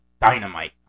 dynamite